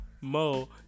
Mo